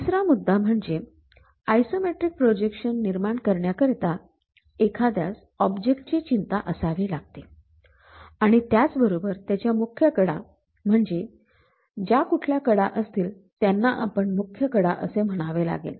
तिसरा मुद्दा म्हणजे आयसोमेट्रिक प्रोजेक्शन निर्माण करण्याकरिता एखाद्यास ऑब्जेक्ट ची चिंता असावी लागते आणि त्याचबरोबर त्याच्या मुख्य कडा म्हणजे ज्या कुठल्या कडा असतील त्यांना आपल्याला मुख्य कडा असे म्हणावे लागेल